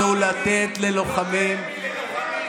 רצינו לתת ללוחמים אתה נותן לחרדים יותר מללוחמים.